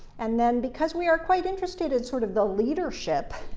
and then because we are quite interested in sort of the leadership,